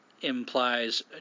implies